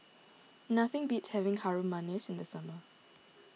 nothing beats having Harum Manis in the summer